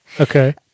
Okay